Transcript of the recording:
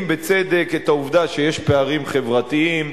בצדק את העובדה שיש פערים חברתיים,